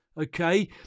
okay